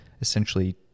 essentially